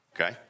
Okay